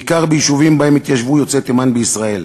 בעיקר ביישובים שבהם התיישבו יוצאי תימן בישראל.